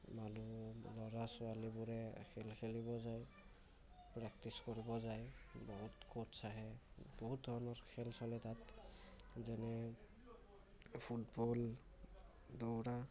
মানুহ ল'ৰা ছোৱালীবোৰে খেল খেলিব যায় প্ৰেক্টিচ কৰিব যায় বহুত কোটচ্ আছে বহুত ধৰণৰ খেল চলে তাত যেনে ফুটবল দৌৰা